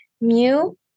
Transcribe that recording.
Mew